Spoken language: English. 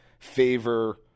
favor